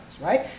right